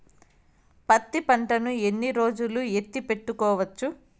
పత్తి పంటను ఎన్ని రోజులు ఎత్తి పెట్టుకోవచ్చు?